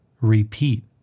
repeat